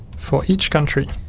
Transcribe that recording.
for each country